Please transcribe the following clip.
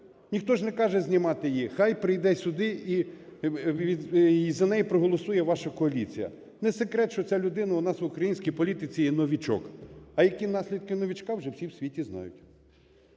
Ніхто ж не каже знімати її. Хай прийде сюди і за неї проголосує ваша коаліція. Не секрет, що ця людина в нас в українській політиці є новічок. А які наслідки новічка, вже всі в світі знають.